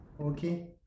Okay